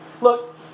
Look